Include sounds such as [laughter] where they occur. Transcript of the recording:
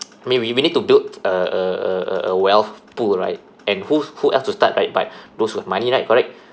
[noise] I mean we we need to build a a a a a wealth pool right and who who else to start right but [breath] those with money right correct